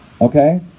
Okay